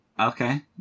Okay